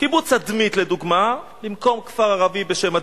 קיבוץ אדמית, לדוגמה, במקום כפר ערבי בשם אדמית,